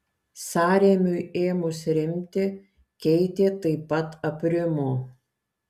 sąrėmiui ėmus rimti keitė taip pat aprimo